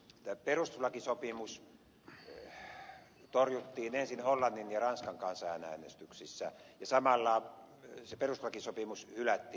tämä perustuslakisopimus torjuttiin ensin hollannin ja ranskan kansanäänestyksissä ja samalla se perustuslakisopimus hylättiin